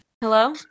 hello